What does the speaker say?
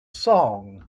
song